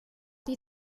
die